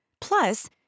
Plus